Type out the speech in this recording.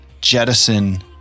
jettison